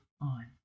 on